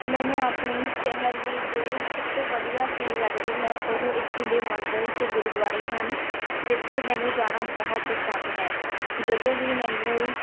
ਮੈਨੂੰ ਆਪਣੇ ਸ਼ਹਿਰ ਦੀ ਜੋ ਸਭ ਤੋਂ ਵਧੀਆ ਚੀਜ਼ ਲੱਗਦੀ ਹੈ ਉਹ ਇੱਥੋਂ ਦੇ ਮੰਦਰ ਅਤੇ ਗੁਰਦੁਆਰੇ ਹਨ ਜਿੱਥੇ ਮੈਨੂੰ ਜਾਣਾ ਬਹੁਤ ਪਸੰਦ ਹੈ ਜਦੋਂ ਵੀ ਮੈਨੂੰ